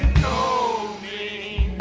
no a